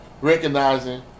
Recognizing